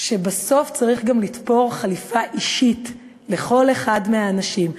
שבסוף צריך גם לתפור חליפה אישית לכל אחד מהאנשים.